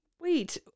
Wait